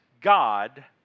God